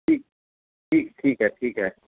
ठीकु ठीकु ठीकु आहे ठीकु आहे